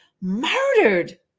murdered